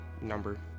number